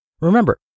Remember